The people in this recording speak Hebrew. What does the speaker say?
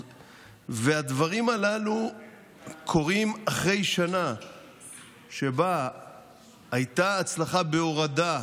והדברים הללו קורים אחרי שנה שבה הייתה הצלחה בהורדה,